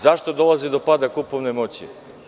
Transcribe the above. Zašto dolazi do pada kupovne moći?